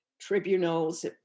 tribunals